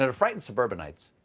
and frighten suburbanites,